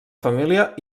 família